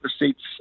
receipts